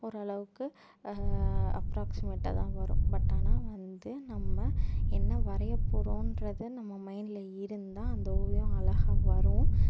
ஓரளவுக்கு அப்ராக்சிமேட்டாக தான் வரும் பட் ஆனால் வந்து நம்ம என்ன வரையப் போகிறோன்றத நம்ம மைண்ட்டில் இருந்தால் அந்த ஓவியம் அழகாக வரும்